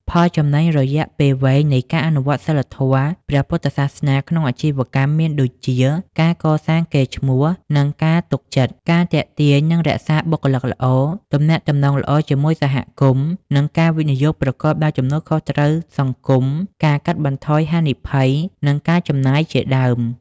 ផលចំណេញរយៈពេលវែងនៃការអនុវត្តសីលធម៌ព្រះពុទ្ធសាសនាក្នុងអាជីវកម្មមានដូចជា ការកសាងកេរ្តិ៍ឈ្មោះ និងការទុកចិត្ត, ការទាក់ទាញ និងរក្សាបុគ្គលិកល្អ, ទំនាក់ទំនងល្អជាមួយសហគមន៍ និងការវិនិយោគប្រកបដោយទំនួលខុសត្រូវសង្គម, ការកាត់បន្ថយហានិភ័យ និងការចំណាយជាដើម។